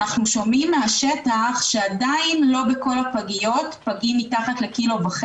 אנחנו שומעים מהשטח שעדיין לא בכל הפגיות פגים מתחת ל-1.5